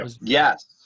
Yes